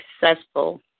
successful